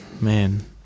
Man